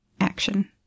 action